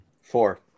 Four